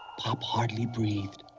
pop hardly breathed.